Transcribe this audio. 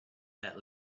that